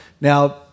Now